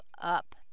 up